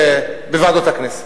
בוועדות הכנסת.